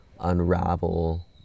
unravel